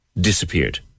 disappeared